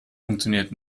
funktioniert